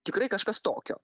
tikrai kažkas tokio